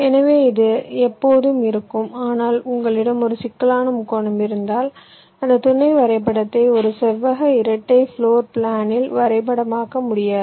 எனவே இது எப்போதும் இருக்கும் ஆனால் உங்களிடம் ஒரு சிக்கலான முக்கோணம் இருந்தால் அந்த துணை வரைபடத்தை ஒரு செவ்வக இரட்டை பிளோர் பிளானில் வரைபடமாக்க முடியாது